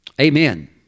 amen